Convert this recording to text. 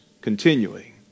continuing